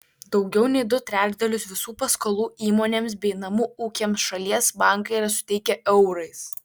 daugiau nei du trečdalius visų paskolų įmonėms bei namų ūkiams šalies bankai yra suteikę eurais